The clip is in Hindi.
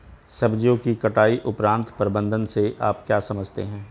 सब्जियों की कटाई उपरांत प्रबंधन से आप क्या समझते हैं?